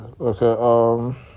Okay